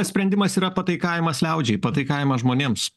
sprendimas yra pataikavimas liaudžiai pataikavimas žmonėms